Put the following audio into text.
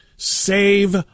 save